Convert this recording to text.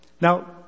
now